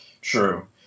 True